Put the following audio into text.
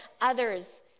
others